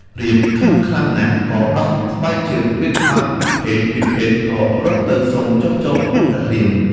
រាពណ៌ខឹងខ្លាំងណាស់ ក៏ដោះស្បែកជើងវាយក្បាលពិភេក ពិភេកក៏រត់ទៅសុំចុះចូលនឹងព្រះរាម។